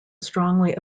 strongly